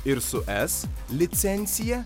ir su s licensija